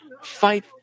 fight